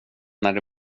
när